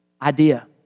idea